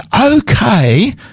okay